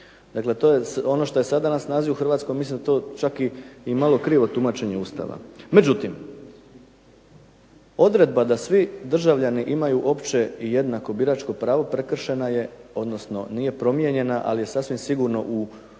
Dakle, to je ono što je sada na snazi u Hrvatskoj mislim da je to čak i malo krivo tumačenje Ustava. Međutim, odredba da svi državljani imaju opće i jednako biračko pravo prekršena je, odnosno nije promijenjena, ali je sasvim sigurno u osnovi